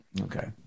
Okay